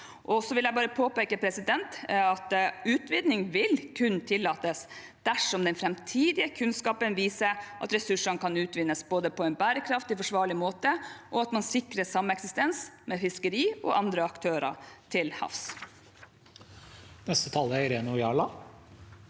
Så vil jeg bare påpeke at utvinning kun vil tillates dersom den framtidige kunnskapen viser at ressursene kan utvinnes på en både bærekraftig og forsvarlig måte, og at man sikrer sameksistens med fiskeri og andre aktører til havs.